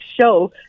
show